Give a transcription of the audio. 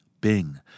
Bing